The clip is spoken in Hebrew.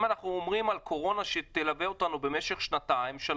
אם אנחנו אומרים על הקורונה שהיא תלווה אותנו במשך שנתיים-שלוש,